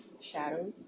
shadows